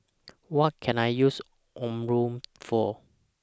What Can I use Omron For